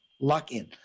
lock-in